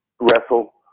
wrestle